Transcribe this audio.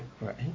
Right